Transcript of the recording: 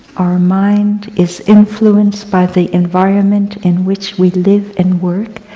our mind is influenced by the environment in which we live and work,